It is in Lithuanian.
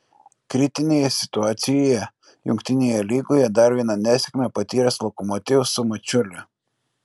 kritinėje situacijoje jungtinėje lygoje dar vieną nesėkmę patyręs lokomotiv su mačiuliu